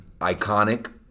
iconic